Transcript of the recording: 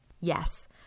Yes